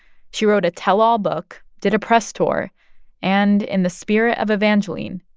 she wrote a tell-all book, did a press tour and, in the spirit of evangeline,